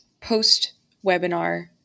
post-webinar